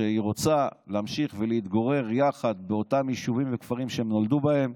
שרוצה להמשיך ולהתגורר יחד באותם יישובים וכפרים שהם נולדו בהם,